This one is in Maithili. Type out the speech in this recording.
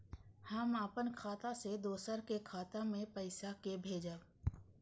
हम अपन खाता से दोसर के खाता मे पैसा के भेजब?